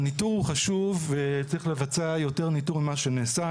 הניטור חשוב וצריך לבצע יותר ניטור ממה שנעשה.